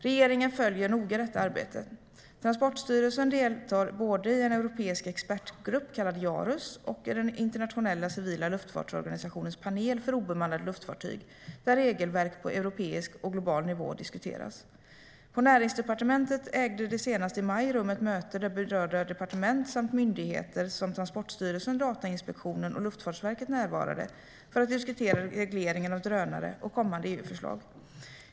Regeringen följer noga detta arbete. Transportstyrelsen deltar både i en europeisk expertgrupp kallad Jarus och i den internationella civila luftfartsorganisationens panel för obemannade luftfartyg, där regelverk på europeisk och global nivå diskuteras. På Näringsdepartementet ägde det senast i maj rum ett möte där berörda departement samt myndigheter som Transportstyrelsen, Datainspektionen och Luftfartsverket närvarade för att diskutera regleringen av drönare och kommande EU-förslag.